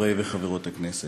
חברי וחברות הכנסת,